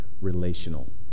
relational